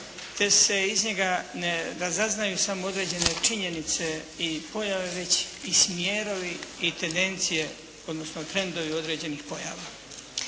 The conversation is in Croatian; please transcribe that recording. te se iz njega ne razaznaju samo određene činjenice i pojave, već i smjerovi i tendencije, odnosno trendovi određenih pojava.